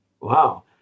Wow